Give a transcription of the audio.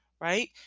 right